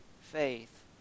faith